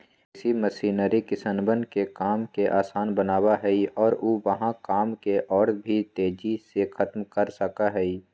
कृषि मशीनरी किसनवन के काम के आसान बनावा हई और ऊ वहां काम के और भी तेजी से खत्म कर सका हई